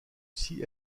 aussi